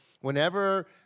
whenever